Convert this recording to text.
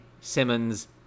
Simmons